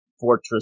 Fortress